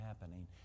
happening